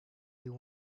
you